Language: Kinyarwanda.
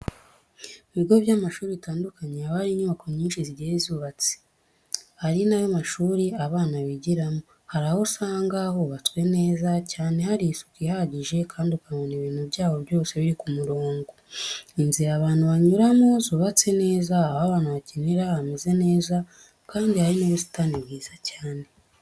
Mu bigo by'amashuri bitandukanye, haba hari unyubako nyinshi zigiye zubatse, ari na yo mashuri abana bigiramo. Hari aho usanga hubatswe neza cyane hari isuku ihagije kandi ukabona ibintu byaho byose biri ku murongo, inzira abantu banyuramo zubatse neza, aho abana bakinira hameze neza kandi hari n'ubusitani bwiza cyane.